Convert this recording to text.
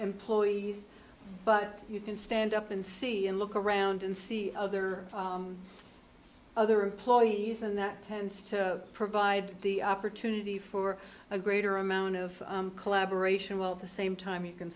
employees but you can stand up and see and look around and see other other employees and that tends to provide the opportunity for a greater amount of collaboration while the same time you can